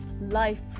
life